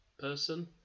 person